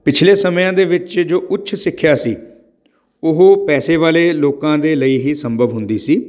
ਪਿਛਲੇ ਸਮਿਆਂ ਦੇ ਵਿੱਚ ਜੋ ਉੱਚ ਸਿੱਖਿਆ ਸੀ ਉਹ ਪੈਸੇ ਵਾਲੇ ਲੋਕਾਂ ਦੇ ਲਈ ਹੀ ਸੰਭਵ ਹੁੰਦੀ ਸੀ